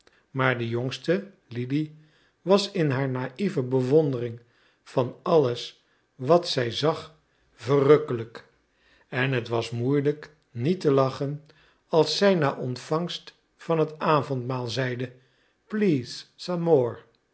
maar de jongste lili was in haar naïve bewondering van alles wat zij zag verrukkelijk en het was moeielijk niet te lachen als zij na ontvangst van het avondmaal zeide please